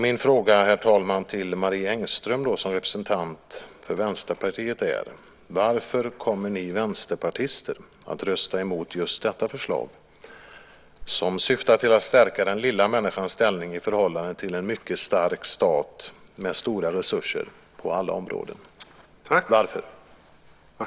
Min fråga, herr talman, till Marie Engström som representant för Vänsterpartiet är: Varför kommer ni vänsterpartister att rösta emot just detta förslag, som syftar till att stärka den lilla människans ställning i förhållande till en mycket stark stat med stora resurser på alla områden? Varför?